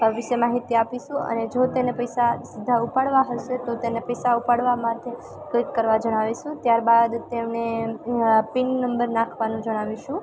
વિષે માહિતી આપીશું અને જો તેને પૈસા સીધા ઉપાડવા હશે તો તેને પૈસા ઉપાડવા માતે ક્લિક કરવા જણાવીશું ત્યારબાદ તેમને પિન નંબર નાખવાનું જણાવીશું